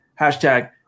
Hashtag